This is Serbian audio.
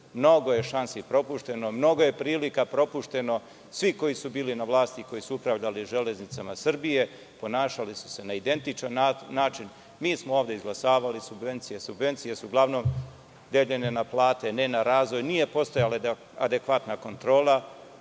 Mnogo je šansi propušteno, mnogo je prilika propušteno, svi koji su bili na vlasti, koji su upravljali železnicama Srbije, ponašali su se na identičan način. Mi smo ovde izglasavali subvencije, subvencije su uglavnom deljene na plate, ne na razvoj, nije postojala adekvatna kontrola